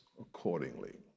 accordingly